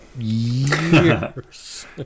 years